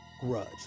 grudge